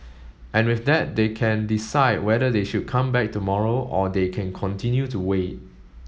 and with that they can decide whether they should come back tomorrow or they can continue to wait